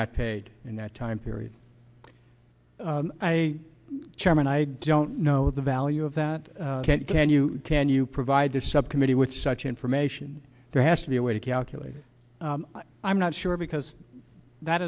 not paid in that time period i chairman i don't know the value of that can't can you can you provide the subcommittee with such information there has to be a way to calculate i'm not sure because that